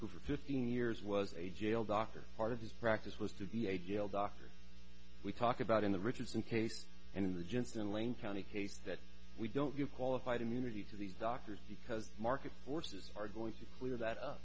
who for fifteen years was a jail doctor part of his practice was to be a jail doctor we talk about in the richardson case and in the jensen lane county case that we don't give qualified immunity to these doctors because market forces are going to be clear that